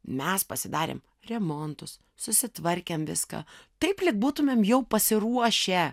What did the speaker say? mes pasidarėm remontus susitvarkėm viską taip lyg būtumėm jau pasiruošę